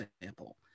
example